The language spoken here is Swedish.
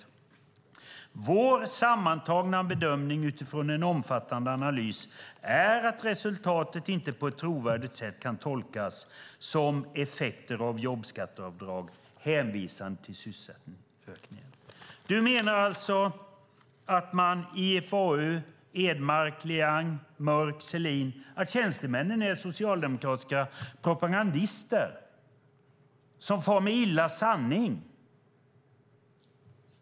De skriver: Vår sammantagna bedömning utifrån en omfattande analys är att resultatet inte på ett trovärdigt sätt kan tolkas som effekter av jobbskatteavdrag hänvisande till sysselsättningsökning. Du menar alltså att IFAU, Edmark, Liang, Mörk, Selin och tjänstemännen är socialdemokratiska propagandister som far med osanning?